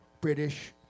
British